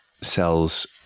sells